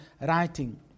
writing